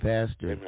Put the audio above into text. Pastor